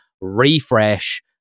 refresh